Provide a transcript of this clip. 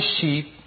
sheep